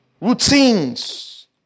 Routines